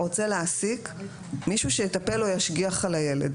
רוצה להעסיק מישהו שיטפל או ישגיח על הילד